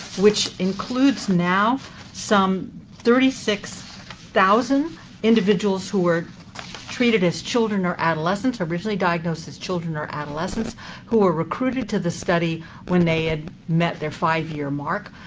which includes now some thirty six thousand individuals who were treated as children or adolescents, originally diagnosed as children or adolescents who were recruited to the study when they had met their five-year mark.